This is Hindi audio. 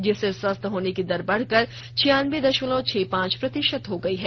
जिससे स्वस्थ होने की दर बढकर छियानबे दशमलव छह पांच प्रतिशत हो गयी है